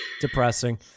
depressing